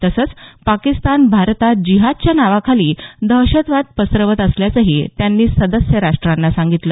तसंच पाकिस्तान भारतात जिहादच्या नावाखाली दहशतवाद पसरवत असल्याचंही त्यांनी सदस्य राष्ट्रांना सांगितलं